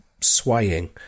swaying